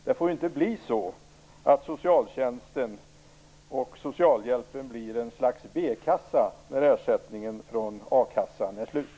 Det får inte bli så att socialtjänsten och socialhjälpen blir ett slags b-kassa när ersättningen från a-kassan är slut?